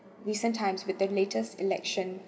recent times with the latest election